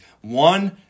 One